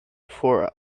for